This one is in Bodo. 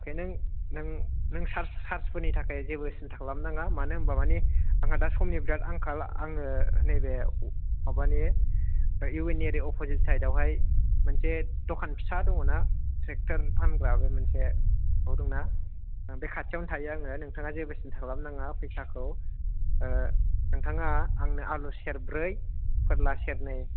अके नों चार्ज फोरनि थाखाय जेबो सिनथा खालाम नाङा मानो होनो बा मानि आंहा दा समनि बेराद आंखाल आङो नैबे माबानि इउ एन नि ओरै अप्प'जिट साइड आवहाय मोनसे दखान फिसा दङ ना ट्रेकटर फानग्रा मोनसे दङ ना बे खाथिआवनो थायो आं नोंथाङा जेबो सिनथा खालाम नाङा फैसा खौ नोंथाङा आंनो आलु सेर ब्रै फोरला सेर नै